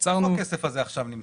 איפה הכסף עכשיו נמצא?